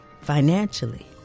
financially